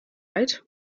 right